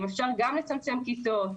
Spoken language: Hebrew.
אם אפשר גם לצמצם כיתות,